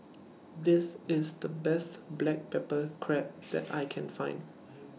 This IS The Best Black Pepper Crab that I Can Find